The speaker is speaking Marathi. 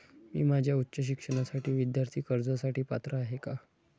मी माझ्या उच्च शिक्षणासाठी विद्यार्थी कर्जासाठी पात्र आहे का?